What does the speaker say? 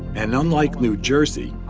and unlike new jersey,